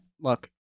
look